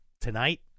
Tonight